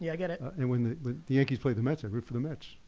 yeah i get it. and when the the yankees play the mets, i root for the mets.